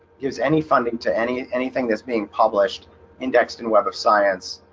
gives any funding to any anything that's being published indexed in web of science.